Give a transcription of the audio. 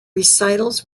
recitals